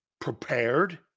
prepared